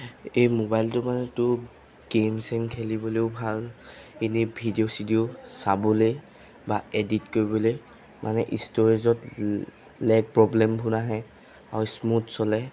এই মোবাইলটো মানে তোৰ গেম ছেম খেলিবলৈয়ো ভাল এনেই ভিডিঅ' চিডিঅ' চাবলৈ বা এডিট কৰিবলৈ মানে ইষ্টৰেজত লেগ প্ৰব্লেমবোৰ নাহে আৰু ইস্মুথ চলে